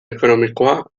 ekonomikoa